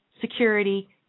security